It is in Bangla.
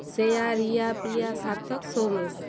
শ্রেয়া রিয়া প্রিয়া সার্থক সৌমেশ